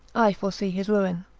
i foresee his ruin.